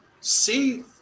see